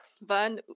Van